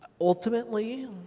Ultimately